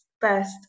first